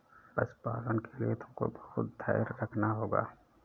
पशुपालन के लिए तुमको बहुत धैर्य रखना होगा